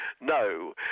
no